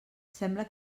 sembla